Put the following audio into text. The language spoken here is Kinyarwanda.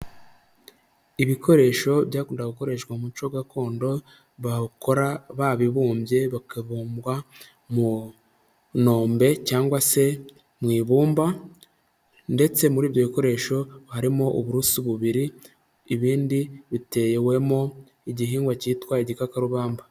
Ibikoresho byakundaga gukoreshwa mu muco gakondo bakora babibumbye, bakabibumbwa mu ntombe cyangwa se mu ibumba ndetse muri ibyo bikoresho harimo uburusi bubiri, ibindi bitewemo igihingwa kitwa igikakarubamba.